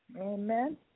Amen